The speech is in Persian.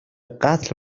قتل